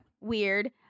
weird